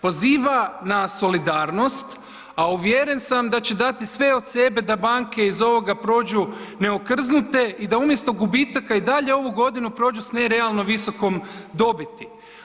Poziva na solidarnost a uvjeren sam da će dati sve od sebe da banke iz ovoga prođu neokrznute i da umjesto gubitaka i dalje ovu godinu prođu sa nerealno visokom dobiti.